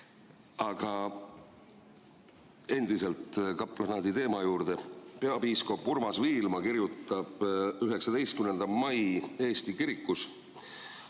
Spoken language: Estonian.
aga endiselt kaplanaaditeema juurde. Peapiiskop Urmas Viilma kirjutas 19. mai Eesti Kirikus